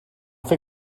fer